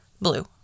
blue